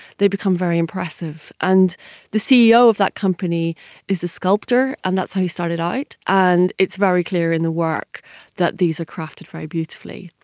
they become very impressive. and the ceo of that company is a sculptor and that's how he started out, and it's very clear in the work that these are crafted very beautifully.